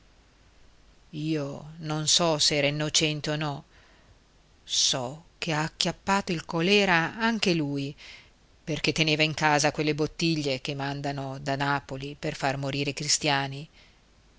io non so s'era innocente o no so che ha acchiappato il colèra anche lui perché teneva in casa quelle bottiglie che mandano da napoli per far morire i cristiani